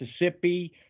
Mississippi